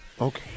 Okay